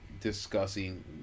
discussing